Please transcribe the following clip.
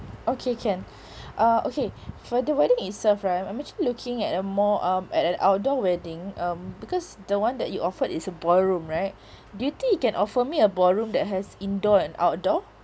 okay can uh okay for the wedding itself right I'm actually looking at a more um at an outdoor wedding um because the [one] that you offered is the ballroom right do you think you can offer me a ballroom that has indoor and outdoor